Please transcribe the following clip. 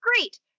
Great